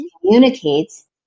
communicates